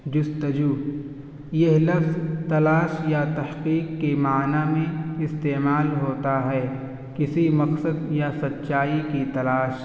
جستجو یہ لفظ تلاش یا تحقیک کے معنیٰ میں استعمال ہوتا ہے کسی مقصد یا سچائی کی تلاش